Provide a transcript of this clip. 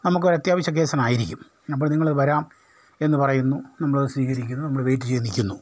നമുക്കൊരത്യാവശ്യ കേസിനായിരിക്കും അപ്പം നിങ്ങള് വരാം എന്ന് പറയുന്നു നമ്മളത് സ്വീകരിക്കുന്നു നമ്മള് വെയിറ്റ് ചെയ്ത് നിൽക്കുന്നു